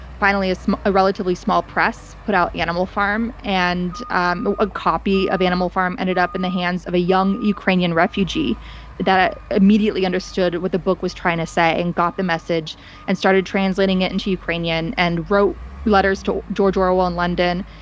finally, a relatively small press put out animal farm. and and a copy of animal farm ended up in the hands of a young ukrainian refugee that ah immediately understood what the book was trying to say and got the message and started translating it into ukrainian and wrote letters to george orwell in london.